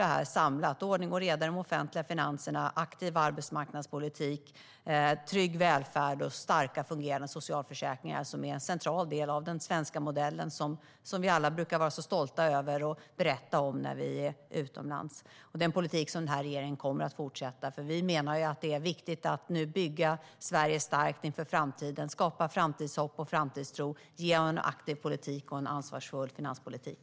Tillsammans är ordning och reda i de offentliga finanserna, aktiv arbetsmarknadspolitik, trygg välfärd och starka, fungerande socialförsäkringar en central del av den svenska modellen, som vi alla brukar vara så stolta över och berätta om när vi är utomlands. Det är en politik som regeringen kommer att fortsätta med, för vi menar att det är viktigt att bygga Sverige starkt inför framtiden och skapa framtidshopp och framtidstro genom en aktiv politik och en ansvarsfull finanspolitik.